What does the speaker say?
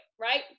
right